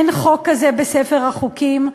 אין חוק כזה בספר החוקים,